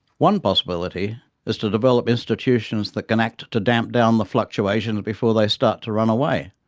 one possibility is to develop institutions that can act to damp down the fluctuations before they start to run away.